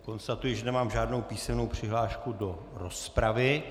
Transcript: Konstatuji, že nemám žádnou písemnou přihlášku do rozpravy.